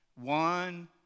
one